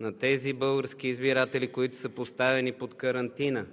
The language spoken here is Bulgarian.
на тези български избиратели, които са поставени под карантина,